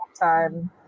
time